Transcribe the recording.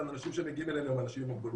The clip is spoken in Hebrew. אנשים שמגיעים אלינו אלה אנשים עם מוגבלות,